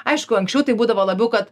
aišku anksčiau tai būdavo labiau kad